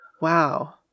Wow